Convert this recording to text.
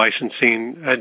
licensing